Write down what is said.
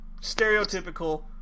stereotypical